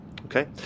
Okay